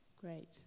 great